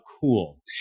cool